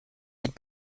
had